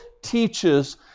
teaches